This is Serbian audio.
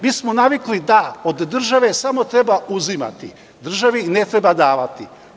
Mi smo navikli da od države samo treba uzimati, državi ne treba davati.